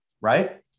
right